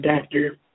doctor